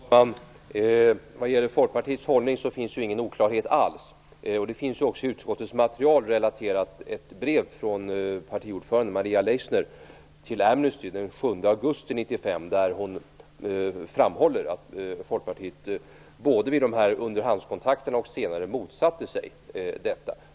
Fru talman! När det gäller Folkpartiets hållning finns det ingen oklarhet alls. Det finns också i utskottets material relaterat ett brev från partiordföranden där hon framhåller att Folkpartiet både vid underhandskontakterna och senare motsatte sig detta.